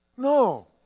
No